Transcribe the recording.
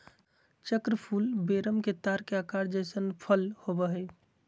चक्र फूल वेरम के तार के आकार जइसन फल होबैय हइ